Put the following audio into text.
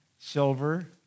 silver